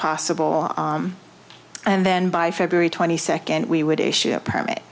possible and then by february twenty second we would issue a permit